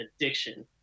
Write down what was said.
addiction